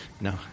No